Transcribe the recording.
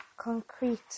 concrete